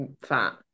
fat